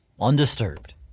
undisturbed